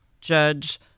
judge